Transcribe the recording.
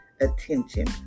attention